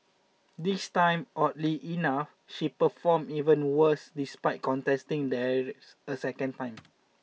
this time oddly enough she performed even worse despite contesting there a second time